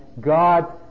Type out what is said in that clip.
God